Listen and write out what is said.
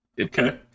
Okay